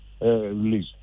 release